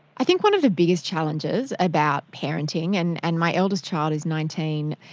i think one of the biggest challenges about parenting, and and my eldest child is nineteen,